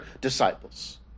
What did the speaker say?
disciples